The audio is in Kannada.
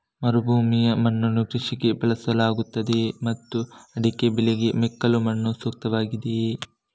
ಮರುಭೂಮಿಯ ಮಣ್ಣನ್ನು ಕೃಷಿಗೆ ಬಳಸಲಾಗುತ್ತದೆಯೇ ಮತ್ತು ಅಡಿಕೆ ಬೆಳೆಗೆ ಮೆಕ್ಕಲು ಮಣ್ಣು ಸೂಕ್ತವಾಗಿದೆಯೇ?